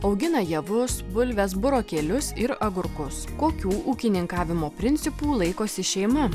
augina javus bulves burokėlius ir agurkus kokių ūkininkavimo principų laikosi šeima